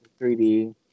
3D